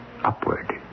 upward